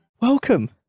Welcome